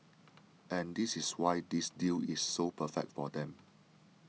and this is why this deal is so perfect for them